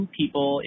people